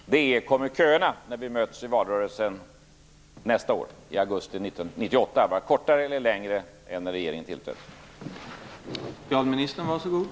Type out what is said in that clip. Frågan är: Kommer köerna, när vi möts i valrörelsen i augusti 1998, att vara kortare eller längre än när regeringen tillträdde?